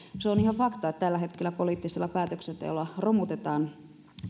se on ihan fakta että tällä hetkellä poliittisella päätöksenteolla romutetaan